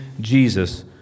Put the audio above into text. Jesus